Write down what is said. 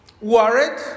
worried